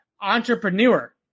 Entrepreneur